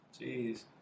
Jeez